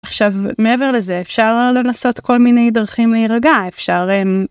עכשיו מעבר לזה אפשר לנסות כל מיני דרכים להירגע אפשר.